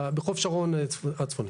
בחוף שרון הצפוני.